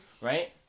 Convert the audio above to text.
right